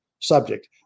subject